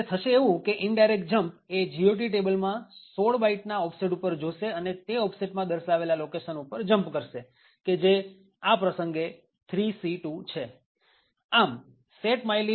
એટલે થશે એવું કે indirect jump એ GOT ટેબલમાં ૧૬ બાઈટના ઓફસેટ ઉપર જોશે અને તે ઓફ્સેટ માં દર્શાવેલા લોકેશન ઉપર jump કરશે કે જે આ પ્રસંગે 3C2 છે